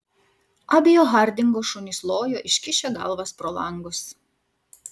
abio hardingo šunys lojo iškišę galvas pro langą